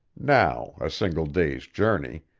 now a single day's journey,